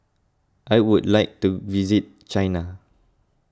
I would like to visit China